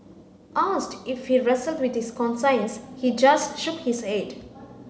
asked if he wrestled with his conscience he just shook his head